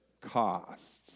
costs